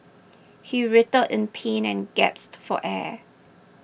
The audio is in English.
he writhed in pain and gasped for air